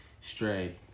Stray